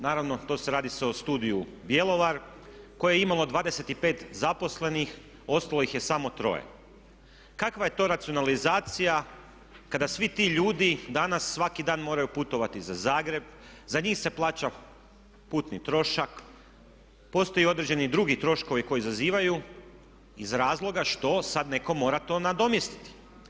Naravno to se radi o studiju Bjelovar koje je imalo 25 zaposlenih, ostalo ih je samo 3. Kakva je to racionalizacija kada svi ti ljudi danas svaki dan moraju putovati za Zagreb, za njih se plaća putni trošak, postoji određeni drugi troškovi koji izazivaju iz razloga što sad netko mora to nadomjestiti.